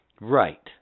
Right